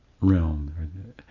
realm